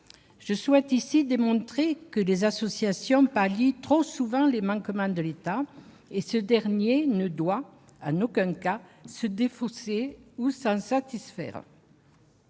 Je souhaite ici démontrer que les associations pallient trop souvent les manquements de l'État. Ce dernier ne doit en aucun cas se défausser ni se satisfaire